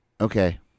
okay